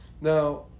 Now